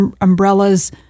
umbrellas